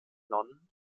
nonnen